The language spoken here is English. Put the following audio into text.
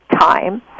time